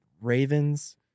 Ravens